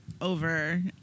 over